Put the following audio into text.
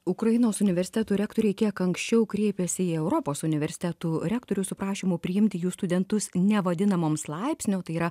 ukrainos universitetų rektoriai kiek anksčiau kreipėsi į europos universitetų rektorių su prašymu priimti jų studentus nevadinamoms laipsnio tai yra